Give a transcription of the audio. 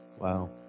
Wow